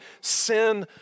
sin